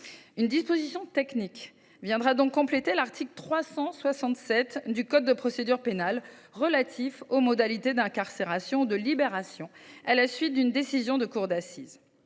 Une disposition technique viendra donc compléter l’article 367 du code de procédure pénale relatif aux modalités d’incarcération ou de libération à la suite d’une décision de cour d’assises.